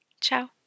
Ciao